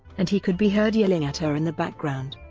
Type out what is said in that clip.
and he could be heard yelling at her in the background.